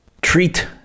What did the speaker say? treat